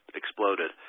exploded